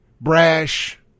brash